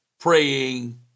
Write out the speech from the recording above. praying